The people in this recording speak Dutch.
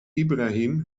ibrahim